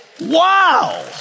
Wow